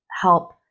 help